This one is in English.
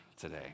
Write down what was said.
today